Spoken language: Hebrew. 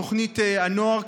תוכנית הנוער.